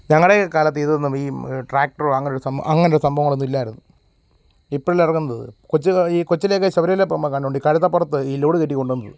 ഞങ്ങളുടെ കാലത്ത് ഇതൊന്നും ഈ ട്രാക്ടറോ അങ്ങനെയൊരു അങ്ങനെയൊരു സംഭവങ്ങളൊന്നും ഇല്ലായിരുന്നു ഇപ്പോഴല്ലേ ഇറങ്ങുന്നത് കൊച്ച് ഈ കൊച്ചിലെയൊക്കെ ശബരിമലയിൽ പോകുമ്പോൾ കണ്ടുകൊണ്ട് ഈ കഴുതപ്പുറത്ത് ഈ ലോഡ് കയറ്റി കൊണ്ടുപോകുന്നത്